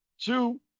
Two